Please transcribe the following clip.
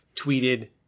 tweeted